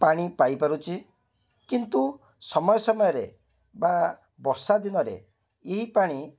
ପାଣି ପାଇପାରୁଛି କିନ୍ତୁ ସମୟ ସମୟରେ ବା ବର୍ଷା ଦିନରେ ଏହି ପାଣି